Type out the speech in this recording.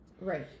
Right